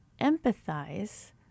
empathize